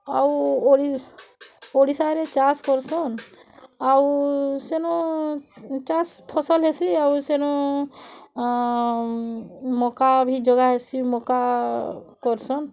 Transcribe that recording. ଆଉ ଓଡ଼ିଶାରେ ଚାଷ୍ କରୁସନ୍ ଆଉ ସେନୁ ଚାଷ୍ ଫସଲ୍ ହେସି ଆଉ ସେନୁ ଅଁ ମକା ବି ଯୋଗା ହେସି ମକା କରିସନ୍